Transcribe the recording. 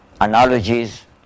analogies